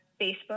Facebook